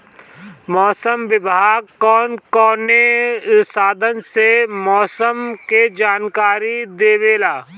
मौसम विभाग कौन कौने साधन से मोसम के जानकारी देवेला?